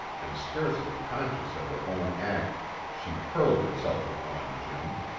and scarcely conscious of her own act she hurled herself upon jim.